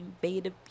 Beta